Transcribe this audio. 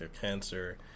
cancer